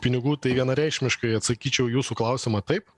pinigų tai vienareikšmiškai atsakyčiau į jūsų klausimą taip